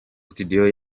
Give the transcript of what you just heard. studio